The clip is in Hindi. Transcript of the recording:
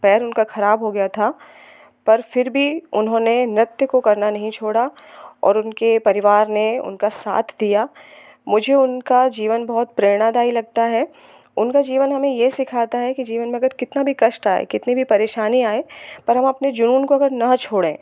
पैर उनका ख़राब हो गया था पर फिर भी उन्होंने नृत्य को करना नहीं छोड़ा और उनके परिवार ने उनका साथ दिया मुझे उनका जीवन बहुत प्रेरणादायी लगता है उनका जीवन हमें यह सिखाता है कि जीवन में अगर कितना भी कष्ट आए कितनी भी परेशानी आए पर हम अपने जुनून को अगर ना छोड़ें